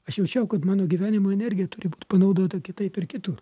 aš jaučiau kad mano gyvenimo energija turi būt panaudota kitaip ir kitur